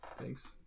Thanks